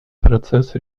процесс